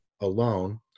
alone